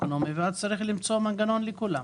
אקונומי ואז צריך למצוא מנגנון לכולם.